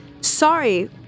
Sorry